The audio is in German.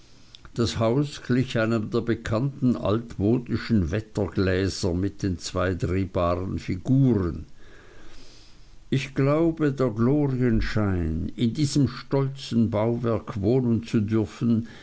das haus glich einem der bekannten altmodischen wettergläser mit den zwei drehbaren figuren ich glaube der glorienschein in diesem stolzen bauwerk wohnen zu dürfen